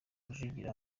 rujugira